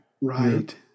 right